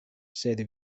sed